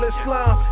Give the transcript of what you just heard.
Islam